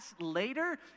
later